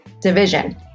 division